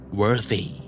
worthy